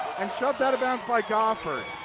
and shoved out of bounds by goffard.